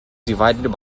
divided